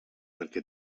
perquè